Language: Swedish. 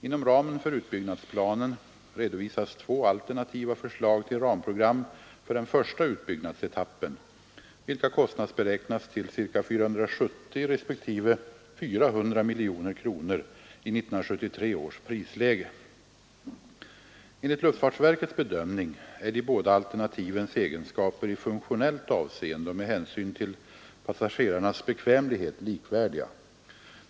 Inom ramen för utbyggnadsplanen redovisas två alternativa förslag till ramprogram för den första utbyggnadsetappen, vilka kostnadsberäknats till ca 470 respektive 400 miljoner kronor i 1973 års prisläge. Enligt luftfartsverkets bedömning är de båda alternativens egenskaper i funktionellt avseende och med hänsyn till passagerarnas bekvämlighet likvärdiga.